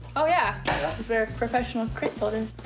oh, yeah. we're professional crate builders.